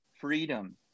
freedom